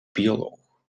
bioloog